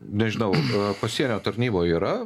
nežinau o pasienio tarnyboj yra